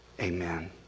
amen